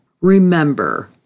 Remember